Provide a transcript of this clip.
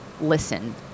listen